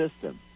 system